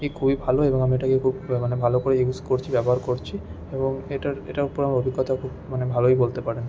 খুবই ভালো এবং আমি এটাকে খুব মানে ভালো করে ইউজ করছি ব্যবহার করছি এবং এটার এটার ওপরে আমার অভিজ্ঞতা খুব মানে ভালোই বলতে পারেন